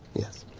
yes.